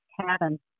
Cabin